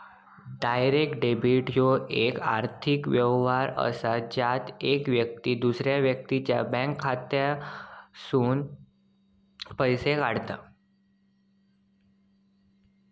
direct debit ह्यो येक आर्थिक व्यवहार असा ज्यात येक व्यक्ती दुसऱ्या व्यक्तीच्या बँक खात्यातसूनन पैसो काढता